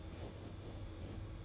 我的 basic I still get paid leh